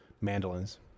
mandolins